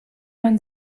man